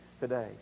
today